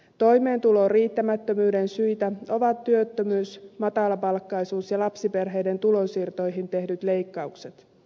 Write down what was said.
toimeentulon riittämättömyyden syitä ovat työttömyys matalapalkkaisuus ja lapsiperheiden tulonsiirtoihin tehdyt leikkaukset